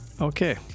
Okay